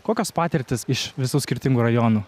kokios patirtys iš visų skirtingų rajonų